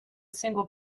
single